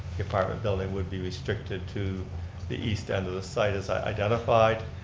the apartment building would be restricted to the east end of the site as identified,